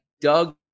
Doug